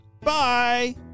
Bye